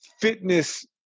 fitness